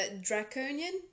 Draconian